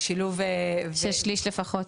שילוב --- של שליש לפחות.